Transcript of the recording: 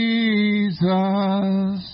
Jesus